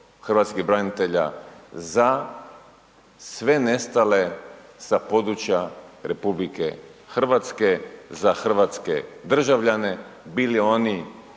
hrvatskih branitelja za sve nestale sa područja RH, za hrvatske državljane, bili oni